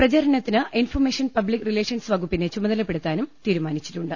പ്രചാരണത്തിന് information public relations വകുപ്പിനെ ചുമതലപ്പെടു ത്താനും തീരുമാനിച്ചിട്ടുണ്ട്